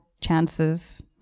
chances